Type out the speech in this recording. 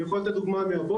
אני יכול לתת דוגמה מהבוקר,